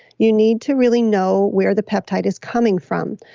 you need to really know where the peptide is coming from.